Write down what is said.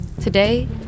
Today